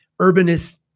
urbanist